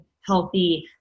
healthy